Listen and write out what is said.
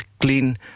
clean